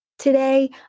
Today